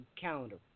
calendar